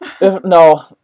No